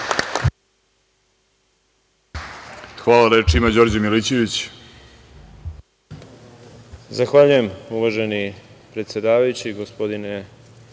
Hvala. Reč ima Đorđe Milićević.